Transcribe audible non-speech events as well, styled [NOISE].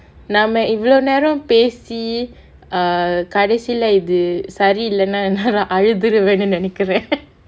நாம இவ்வளவு நேரம் பேசி:naama ivvalavu neram pesi err கடைசில இது சரி இல்லனா நாலாம் அழுதுருவனு நினைக்குறேன்:kadaisila ithu sari illanaa naalaam aluthuruvanu ninaikkuraen [NOISE]